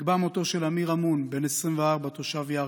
נקבע מותו של אמיר אמון, בן 24, תושב ירכא,